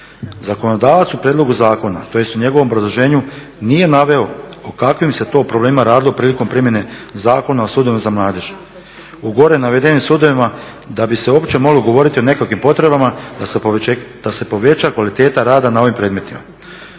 Zakonodavac u prijedlogu zakona tj. u njegovom obrazloženju nije naveo o kakvim se to problemima radilo prilikom primjene Zakona o sudovima za mladež. U gore navedenim sudovima da bi se uopće moglo govoriti o nekakvim potrebama da se poveća kvaliteta rada na ovim predmetima.